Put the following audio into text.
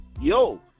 Yo